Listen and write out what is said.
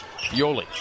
Yoli